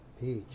Peach